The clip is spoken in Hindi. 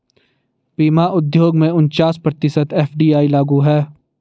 बीमा उद्योग में उनचास प्रतिशत एफ.डी.आई लागू है